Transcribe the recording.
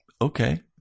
Okay